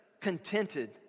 contented